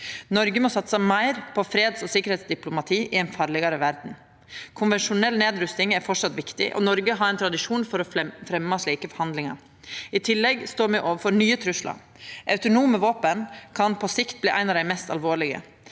Noreg må satsa meir på freds- og sikkerheitsdiplomati i ei farlegare verd. Konvensjonell nedrusting er framleis viktig, og Noreg har ein tradisjon for å fremja slike forhandlingar. I tillegg står me overfor nye truslar, og autonome våpen kan på sikt bli ein av dei mest alvorlege.